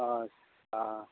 हाँ हाँ